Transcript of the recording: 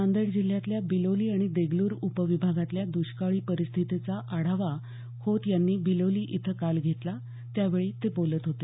नांदेड जिल्ह्यातल्या बिलोली आणि देगलूर उपविभागातल्या दुष्काळी परिस्थितीचा आढावा खोत यांनी बिलोली इथे काल घेतला त्यावेळी ते बोलत होते